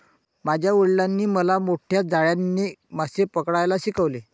माझ्या वडिलांनी मला मोठ्या जाळ्याने मासे पकडायला शिकवले